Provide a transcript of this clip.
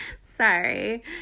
sorry